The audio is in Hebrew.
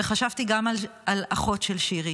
חשבתי גם על אחות של שירי